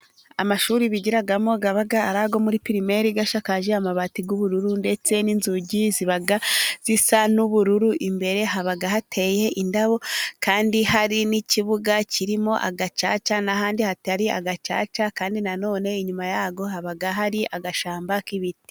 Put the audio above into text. Amashuri bigiramo aba ari ayo muri pirimere, ashakaje amabati y'ubururu, ndetse n'inzugi ziba zisa n'ubururu. Imbere haba hateye indabo, kandi hari n'ikibuga kirimo agacaca, ahandi hatari agacaca. Kandi na none inyuma yaho haba hari agashyamba k'ibiti.